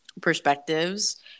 perspectives